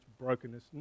brokenness